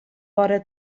vora